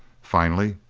finally,